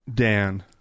Dan